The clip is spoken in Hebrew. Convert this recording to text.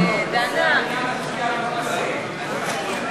תצביע על כל הסעיף,